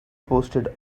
posted